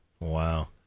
Wow